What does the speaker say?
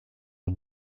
are